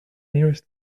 nearest